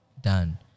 done